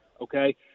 Okay